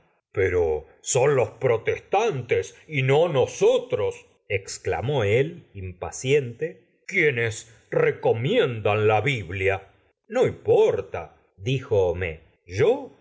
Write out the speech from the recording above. pero son los protestantes y no nosotros exclamó el impaciente quienes recomiendan la biblia no importal dijo homais yo